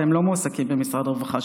והם לא מועסקים במשרד הרווחה,